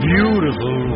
Beautiful